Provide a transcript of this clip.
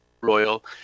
Royal